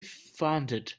funded